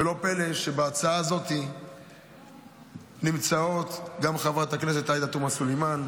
ולא פלא שבהצעה הזאת נמצאות גם חברת הכנסת עאידה תומא סלימאן,